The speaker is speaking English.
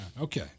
okay